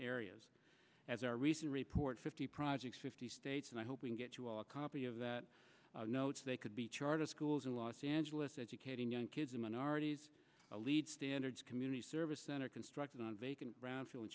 areas as our recent report fifty projects fifty states and i hope we can get you a copy of that notes they could be charter schools in los angeles educating young kids in minorities lead standards community service center construction on vac